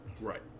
Right